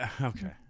okay